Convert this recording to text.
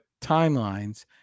timelines